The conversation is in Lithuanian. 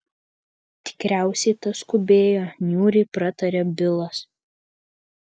tikriausiai tas skubėjo niūriai pratarė bilas